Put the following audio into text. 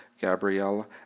Gabrielle